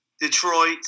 Detroit